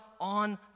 on